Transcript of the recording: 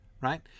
Right